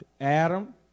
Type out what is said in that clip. Adam